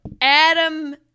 Adam